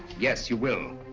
yes, you will.